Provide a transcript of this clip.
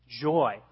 joy